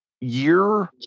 year